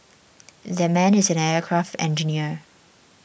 that man is an aircraft engineer